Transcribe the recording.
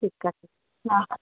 ठीक आहे हा हा